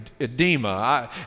edema